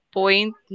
point